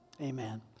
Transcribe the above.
Amen